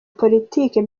politike